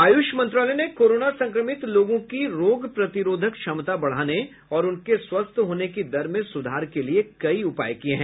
आयुष मंत्रालय ने कोरोना संक्रमित लोगों की रोग प्रतिरोधक क्षमता बढ़ाने और उनके स्वस्थ होने की दर में सूधार के लिए कई उपाय किए हैं